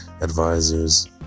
advisors